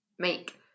make